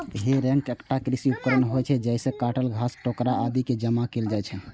हे रैक एकटा कृषि उपकरण होइ छै, जइसे काटल घास, ठोकरा आदि कें जमा कैल जाइ छै